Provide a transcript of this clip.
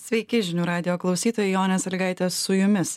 sveiki žinių radijo klausytojai jonė salygaitė su jumis